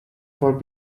for